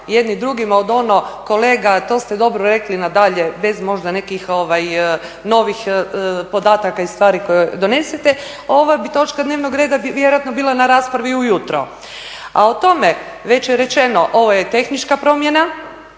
jedni drugima od ono kolega to ste dobro rekli i nadalje bez možda nekih novih podataka i stvari koje donesete ova bi točka dnevnog reda vjerojatno bila na raspravi ujutro. A o tome, već je rečeno ovo je tehnička promjena,